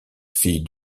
fille